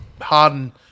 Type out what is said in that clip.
Harden